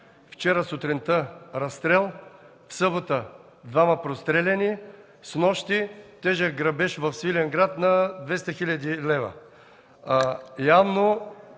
вчера сутринта – разстрел; в събота – двама простреляни; снощи – тежък грабеж в Свиленград на 200 хил. лв.